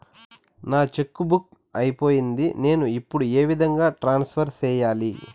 నా cheque book అయిపోయింది నేను ఇప్పుడు ఏ విధంగా ట్రాన్స్ఫర్ సేయాలి?